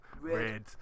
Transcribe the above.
red